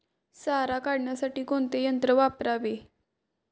सारा काढण्यासाठी कोणते यंत्र वापरावे?